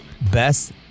Best